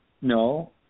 no